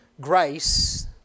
grace